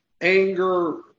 anger